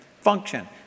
function